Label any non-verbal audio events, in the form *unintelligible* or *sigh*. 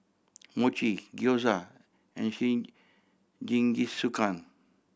Mochi Gyoza and *unintelligible* Jingisukan